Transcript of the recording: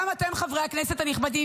גם אתם חברי הכנסת הנכבדים,